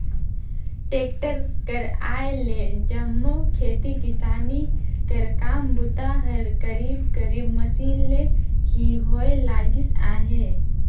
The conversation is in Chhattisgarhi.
टेक्टर कर आए ले जम्मो खेती किसानी कर काम बूता हर करीब करीब मसीन ले ही होए लगिस अहे